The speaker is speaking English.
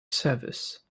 service